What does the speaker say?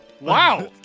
Wow